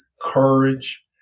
courage